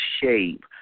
shape